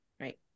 Right